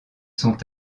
sont